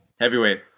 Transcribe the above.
Heavyweight